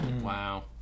Wow